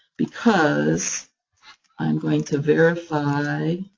because i'm going to verify,